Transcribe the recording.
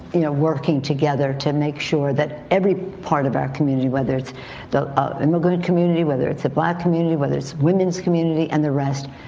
you know, working together to make sure that every part of our community, whether it's the ah immigrant community, whether it's a black community, whether it's women's community, and the rest,